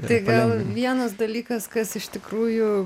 tai gal vienas dalykas kas iš tikrųjų